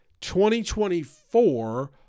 2024